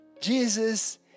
Jesus